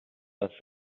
das